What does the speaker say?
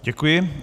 Děkuji.